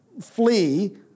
flee